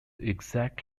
exact